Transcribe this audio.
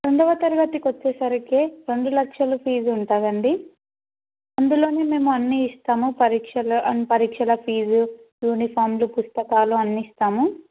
రెండవ తరగతి వచ్చేసరికి రెండు లక్షల ఫీజ్ ఉంటుందండి అందులోనే మేము అన్నీ ఇస్తాము పరీక్షల పరీక్షల ఫీజ్ యూనిఫాంలు పుస్తకాలు అన్నీ ఇస్తాము